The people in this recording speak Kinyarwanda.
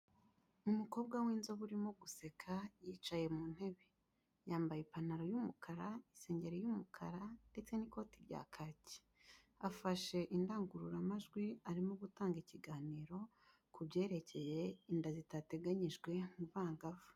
Umukobwa w'inzoga urimo guseka yicaye mu ntebe, yambaye ipantaro y'umukara, isengeri y'umukara ndetse n'ikoti rya kaki, afashe indangururamajwi arimo gutanga ikiganiro ku byerekeye inda zitateganyijwe mu bangavu.